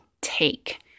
take